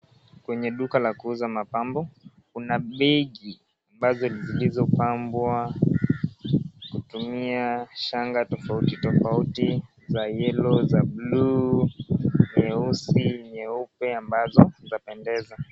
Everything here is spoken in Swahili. Kwenye duka la kuuza mapambo kuna begi ambazo zilizopambwa kutumia shanga tofautitoafauti za (cs)yellow(cs) za (cs)blue(cs) nyeusi, nyeupe ambazo zinapendeza.